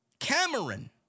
Cameron